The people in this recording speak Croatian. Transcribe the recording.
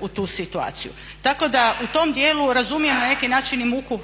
u tu situaciju. Tako da u tom djelu razumijem na neki način i muku